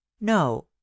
No